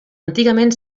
antigament